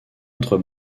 autre